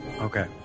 Okay